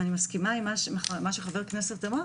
אני מסכימה עם מה שאמר חבר הכנסת יכול